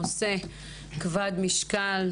נושא כבד משקל,